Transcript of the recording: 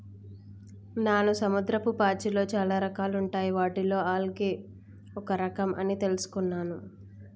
నాను సముద్రపు పాచిలో చాలా రకాలుంటాయి వాటిలో ఆల్గే ఒక రఖం అని తెలుసుకున్నాను